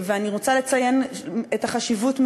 אני רוצה לציין את החשיבות,